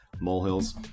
molehills